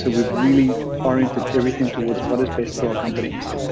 so we've really oriented everything towards what is best for our companies.